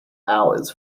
hours